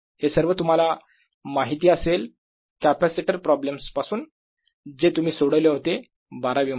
हे सर्व तुम्हाला माहिती असेल कॅपॅसिटर प्रॉब्लेम्स पासून जे तुम्ही सोडवले होते बारावी मध्ये